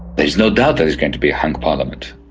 there is no doubt there is going to be a hung parliament.